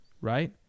Right